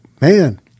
man